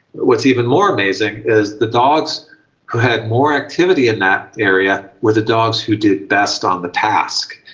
what's even more amazing is the dogs who had more activity in that area were the dogs who did best on the task.